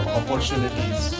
opportunities